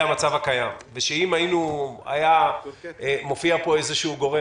המצב הקיים ושאם היה מופיע פה איזשהו גורם